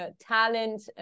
talent